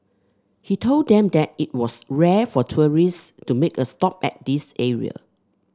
he told them that it was rare for tourists to make a stop at this area